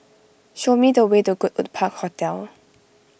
show me the way to Goodwood Park Hotel